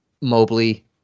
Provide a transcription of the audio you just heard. Mobley